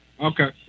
Okay